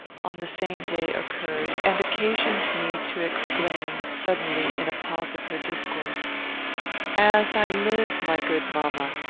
on the same day, occurred, and occasioned me to exclaim, suddenly, in a pause of her discourse as i live, my good mamma,